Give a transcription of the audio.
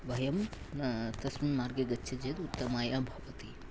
वयं तस्मिन् मार्गे गच्छेत् उत्तमाय भवति